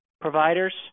Providers